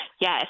Yes